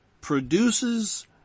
produces